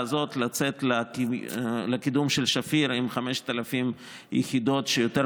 הזאת לצאת לקידום של שפיר עם 5,000 יחידות שיותר